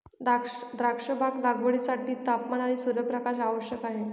द्राक्षबाग लागवडीसाठी तापमान आणि सूर्यप्रकाश आवश्यक आहे